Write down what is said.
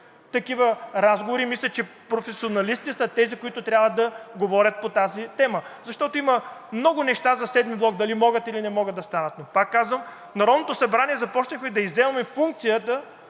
такива разговори. Мисля, че професионалистите са тези, които трябва да говорят по тази тема. Защото има много неща за VII блок – дали могат, или не могат да станат. Повтарям, в Народното събрание започнахме да изземваме функцията